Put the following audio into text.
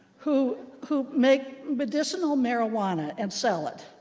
who who make medicinal marijuana and sell it.